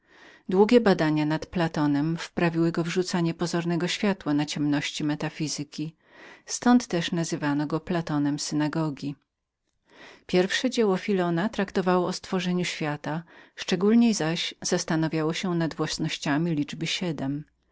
długie badania nad platonem wprawiły go w rzucanie fałszywego światła na ciemności metafizyki ztąd też nazywano go platonem synagogi pierwsze dzieło filona obejmowało rzecz o stworzeniu świata szczególniej zaś zastanawiało się nad własnościami liczby siedm